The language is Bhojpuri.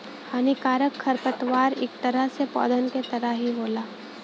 हानिकारक खरपतवार इक तरह से पौधन क तरह ही होला